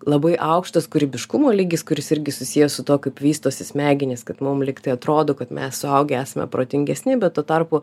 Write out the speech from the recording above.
labai aukštas kūrybiškumo lygis kuris irgi susijęs su tuo kaip vystosi smegenys kad mums lygtai atrodo kad mes suaugę esame protingesni bet tuo tarpu